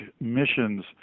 missions